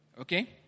Okay